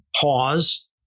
pause